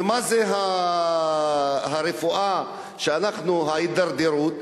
ומה זה הרפואה, ההידרדרות?